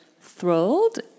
thrilled